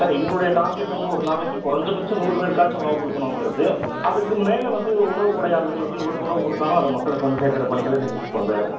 sir எங்களுடைய target வந்து ஒரு நாளைக்கு குறைஞ்ச பட்சம் நூறு பேருக்காச்சும் உணவு கொடுக்கணுங்குறது அதுக்கு மேலே வந்து உணவு கொடையாளர்கள் வந்து எவ்வளோ உணவு கொடுத்தாலும் அதை மக்களுக்கு வந்து சேக்கிற பணிகளை செஞ்சுட்டு இருக்கோம் சார்